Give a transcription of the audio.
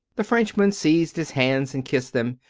the frenchman seized his hands and kissed them.